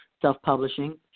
self-publishing